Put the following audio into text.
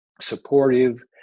supportive